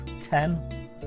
ten